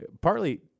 partly